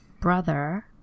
brother